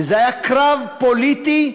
וזה היה קרב פוליטי.